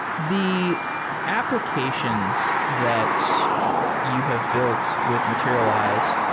the applications that you have built with materialize,